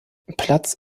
platz